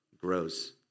grows